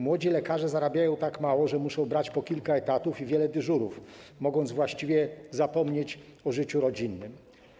Młodzi lekarze zarabiają tak mało, że muszą brać po kilka etatów, wiele dyżurów i mogą właściwie zapomnieć o życiu rodzinnym.